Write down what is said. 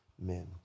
Amen